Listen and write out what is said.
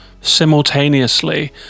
simultaneously